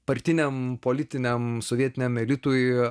partiniam politiniam sovietiniam elitui